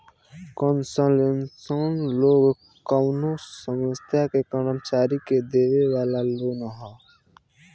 concessional loan कवनो संस्था के कर्मचारी के देवे वाला लोन ह